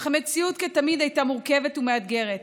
אך המציאות, כתמיד, הייתה מורכבת ומאתגרת.